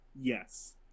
Yes